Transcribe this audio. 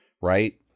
Right